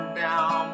down